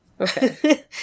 Okay